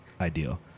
ideal